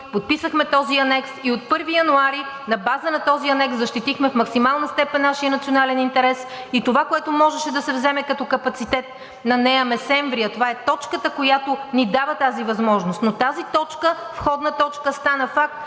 подписахме този анекс и от 1 януари на базата на този анекс защитихме в максимална степен нашия национален интерес и това, което можеше да се вземе като капацитет на Неа Месемврия – това е точката, която ни дава тази възможност, на тази входна точка, стана факт